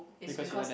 is because